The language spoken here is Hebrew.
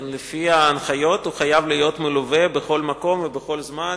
לפי ההנחיות הוא חייב להיות מלווה בכל מקום ובכל זמן